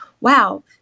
wow